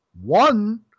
one